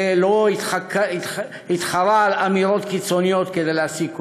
שלא התחרה על אמירות קיצוניות כדי להשיג קולות.